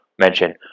mention